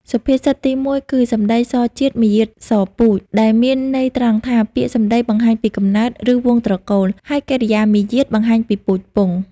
សុភាសិតទីមួយគឺ សម្តីសជាតិ មារយាទសពូជ ដែលមានន័យត្រង់ថា ពាក្យសម្ដីបង្ហាញពីកំណើត ឬវង្សត្រកូល ហើយកិរិយាមារយាទបង្ហាញពីពូជពង្ស។